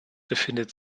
befindet